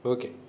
Okay